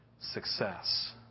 success